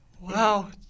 Wow